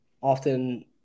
often